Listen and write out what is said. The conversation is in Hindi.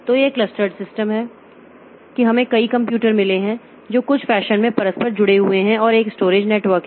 तो यह क्लस्टर्ड सिस्टम है कि हमें कई कंप्यूटर मिले हैं जो कुछ फैशन में परस्पर जुड़े हुए हैं और एक स्टोरेज नेटवर्क है